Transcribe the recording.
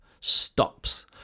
stops